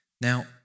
Now